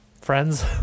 Friends